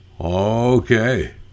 Okay